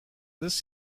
this